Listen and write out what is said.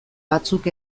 batzuk